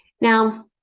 Now